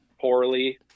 poorly